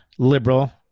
liberal